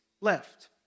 left